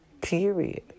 Period